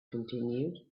continued